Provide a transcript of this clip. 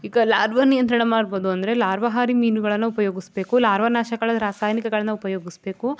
ಈಗ ಲಾರ್ವ ನಿಯಂತ್ರಣ ಮಾಡ್ಬೋದು ಅಂದರೆ ಲಾರ್ವಹಾರಿ ಮೀನುಗಳನ್ನು ಉಪಯೋಗಿಸ್ಬೇಕು ಲಾರ್ವನಾಶಕಗಳಲ್ಲಿ ರಾಸಾಯನಿಕಗಳನ್ನ ಉಪಯೋಗಿಸ್ಬೇಕು